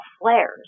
flares